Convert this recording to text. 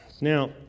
Now